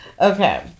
Okay